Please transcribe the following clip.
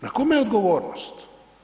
Na kome je odgovornost?